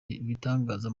ibitangaza